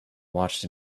watched